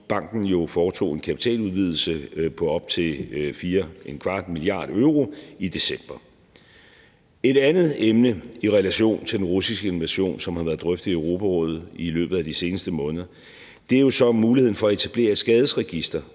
banken jo foretog en kapitaludvidelse på op til 4,25 mia. euro i december. Et andet emne i relation til den russiske invasion, som har været drøftet i Europarådet i løbet af de seneste måneder, er jo så muligheden for at etablere et skadesregister